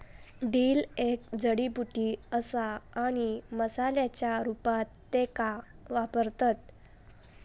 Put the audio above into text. dill एक जडीबुटी असा आणि मसाल्याच्या रूपात त्येका वापरतत